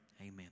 Amen